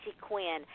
Quinn